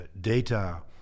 data